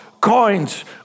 coins